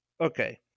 Okay